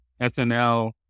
SNL